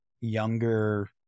younger